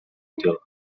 útil